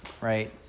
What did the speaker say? right